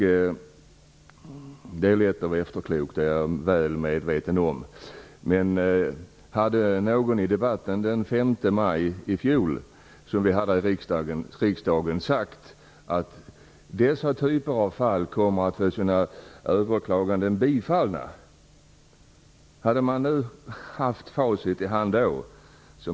Jag är väl medveten om att det är lätt att vara efterklok. Tänk om någon hade haft facit i hand, vilket självfallet inte var möjligt, i debatten den 5 maj i fjol i riksdagen.